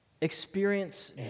experience